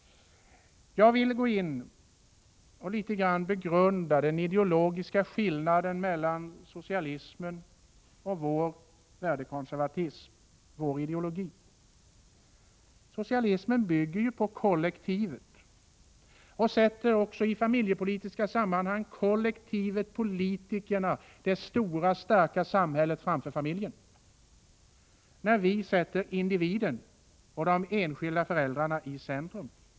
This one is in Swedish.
Jag vill något litet begrunda den ideologiska skillnaden mellan socialismen och vår värdekonservatism, vår ideologi. Socialismen bygger ju på kollektivet och sätter också i familjepolitiska sammanhang kollektivet, dvs. politikerna och det stora starka samhället, framför familjen, medan vi sätter individen och de enskilda föräldrarna i centrum.